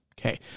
Okay